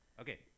Okay